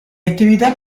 attività